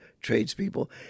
tradespeople